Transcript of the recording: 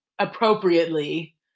appropriately